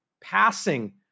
passing